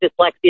dyslexia